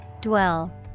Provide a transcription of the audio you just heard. Dwell